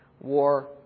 War